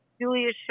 Julia